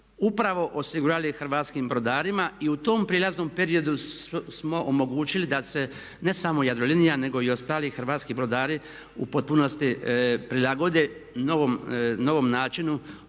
upravo osigurali hrvatskim brodarima. I u tom prijelaznom periodu smo omogućili da se ne samo Jadrolinija nego i ostali hrvatski brodari u potpunosti prilagode novom načinu